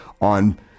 on